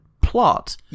plot